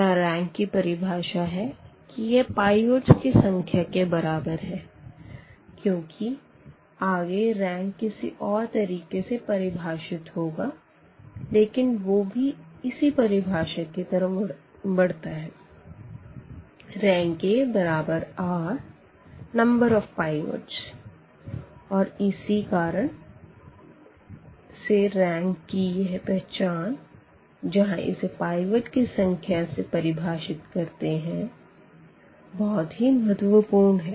यहाँ रैंक की परिभाषा है की यह पाइवटस की संख्या के बराबर है क्योंकि आगे रैंक किसी और तरीके से परिभाषित होगा लेकिन वो भी इसी परिभाषा की तरफ़ बढ़ता है Rank r और इसी कारण से रैंक की यह पहचान जहाँ इसे पाइवट की संख्या से परिभाषित करते है बहुत ही महत्वपूर्ण है